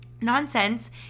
nonsense